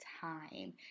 time